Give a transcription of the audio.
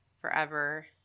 forever